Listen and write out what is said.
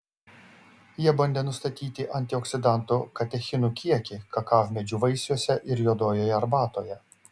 jie bandė nustatyti antioksidantų katechinų kiekį kakavmedžių vaisiuose ir juodojoje arbatoje